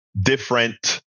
different